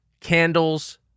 candles